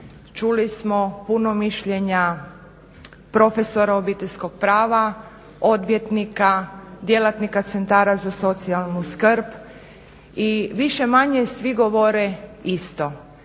čuli smo puno mišljenja profesora obiteljskog prava, odvjetnika, djelatnika centara za socijalnu skrb i više-manje svi govore isto.